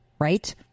Right